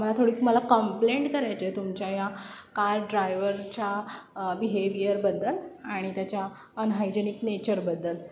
मला थोडी मला कम्प्लेंट करायची आहे तुमच्या या कार ड्रायवरच्या बिहेवियरबद्दल आणि त्याच्या अनहायजेनिक नेचरबद्दल